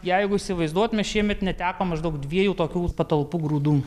jeigu įsivaizduotume šiemet netekom maždaug dviejų tokių patalpų grūdų